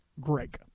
Greg